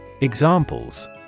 Examples